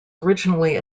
originally